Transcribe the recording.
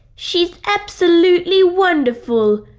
she's absolutely wonderful!